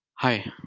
Hi